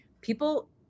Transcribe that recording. people